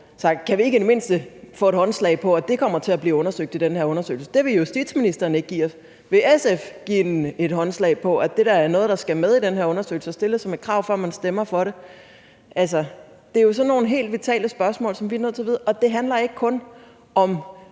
Kan vi ikke i det mindste få et håndslag på, at det kommer til at blive undersøgt i den her undersøgelse? Det vil justitsministeren ikke give os. Vil SF give et håndslag på, at det da er noget, der skal med i den her undersøgelse, og stille det som et krav, for at man stemmer for det? Altså, det er jo sådan nogle helt vitale ting, som vi er nødt til at vide, og det handler ikke kun om,